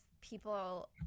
people